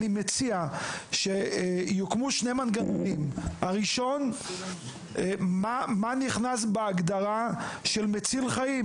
אני מציע שיוקמו שני מנגנונים: הראשון מה נכנס בהגדרה של מציל חיים